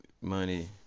money